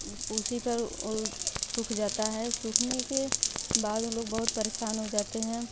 उस उसी पर सूख जाता है सूखने के बाद हम लोग बहुत परेशान हो जाते हैं